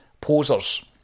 posers